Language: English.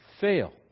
fail